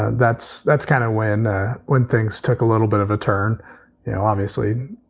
that's that's kind of when ah when things took a little bit of a turn you know, obviously,